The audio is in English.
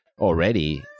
already